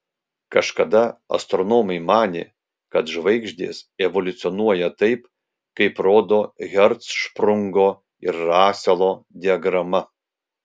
kažkada astronomai manė kad žvaigždės evoliucionuoja taip kaip rodo hercšprungo ir raselo diagrama